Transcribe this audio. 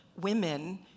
women